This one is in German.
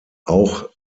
auch